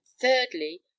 thirdly